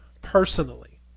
personally